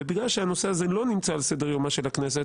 ובגלל שהנושא הזה לא נמצא על סדר-יומה של הכנסת,